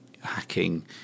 hacking